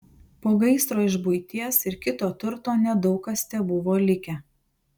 po gaisro iš buities ir kito turto nedaug kas tebuvo likę